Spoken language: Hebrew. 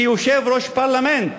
כיושב-ראש פרלמנט.